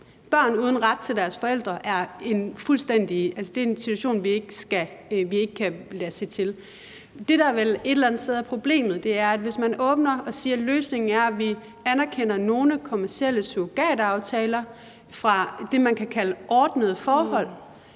børn uden ret til deres forældre er i en fuldstændig umulig situation, hvor vi ikke bare kan lade stå til. Det, der vel et eller andet sted er problemet, er, at hvis man åbner for det her og siger, at løsningen er, at vi anerkender nogle kommercielle surrogataftaler fra det, man kan kalde ordnede forhold,